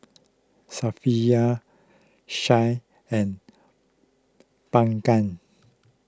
Syafiqah Shah and Bunga